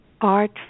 Art